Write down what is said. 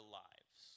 lives